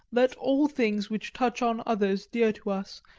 let all things which touch on others dear to us,